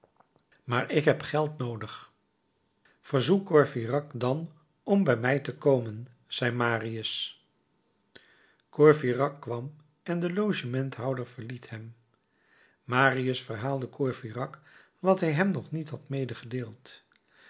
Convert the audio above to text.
maar ik heb geld noodig verzoek courfeyrac dan om bij mij te komen zei marius courfeyrac kwam en de logementhouder verliet hem marius verhaalde courfeyrac wat hij hem nog niet had